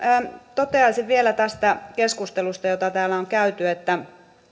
toteaisin vielä tästä keskustelusta jota täällä on käyty että